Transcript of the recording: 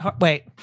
Wait